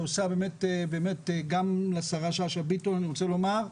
גם לשרה שאשא ביטון אני רוצה לומר,